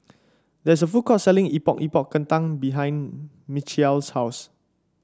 there is a food court selling Epok Epok Kentang behind Michial's house